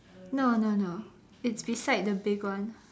no no no it's beside the big one